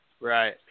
Right